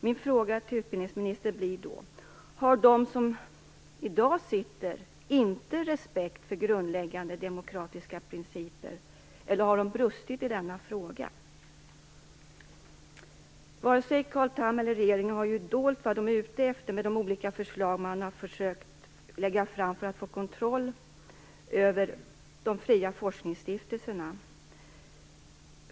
Min fråga till utbildningsministern blir då: Har de som i dag sitter i styrelserna inte respekt för grundläggande demokratiska principer, har de brustit i denna fråga? Vare sig Carl Tham eller regeringen har dolt vad de är ute efter med de olika förslag man har försökt att lägga fram för att få kontroll över de fria forskningsstiftelserna.